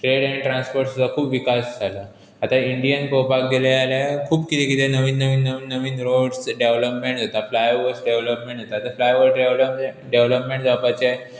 trade and transport सुद्दां खूब विकास जाला आतां इंडियन पळोवपाक गेले जाल्यार खूब किदें किदें नवीन नवीन नवीन नवीन रोड्स डेवलपमेंट जाता फ्लाय ओवर्स डेवलपमेंट जाता आतां फ्लाय ओवर डेवेलोप डेवलपमेंट जावपाचें